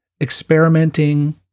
experimenting